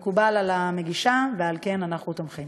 זה מקובל על המגישה, ועל כן אנחנו תומכים.